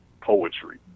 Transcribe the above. poetry